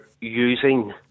using